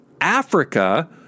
Africa